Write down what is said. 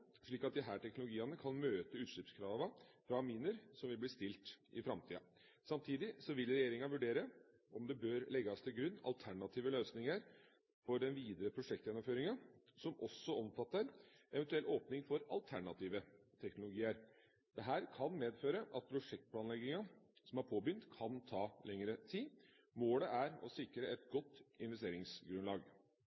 slik at disse teknologiene kan møte de utslippskravene for aminer som vil bli stilt i framtida. Samtidig vil regjeringa vurdere om det bør legges til grunn alternative løsninger for den videre prosjektgjennomføringen, som også omfatter eventuell åpning for alternative teknologier. Dette kan medføre at prosjektplanleggingen, som er påbegynt, kan ta lengre tid. Målet er å sikre et